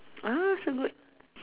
ah so good